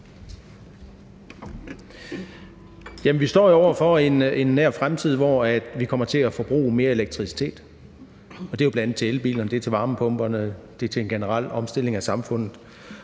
Vi står jo over for, at vi i en nær fremtid kommer til at forbruge mere elektricitet. Det er bl.a. til elbilerne, varmepumperne og til den generelle omstilling af samfundet.